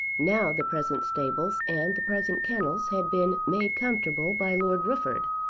now the present stables and the present kennels had been made comfortable by lord rufford,